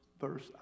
verse